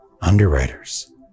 underwriters